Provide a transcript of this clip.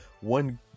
one